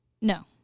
no